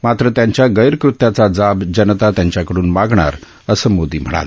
मात्र त्यांच्या गैरकृत्याचा जाब जनता त्यांच्याकडून मागणार असं मोदी म्हणाले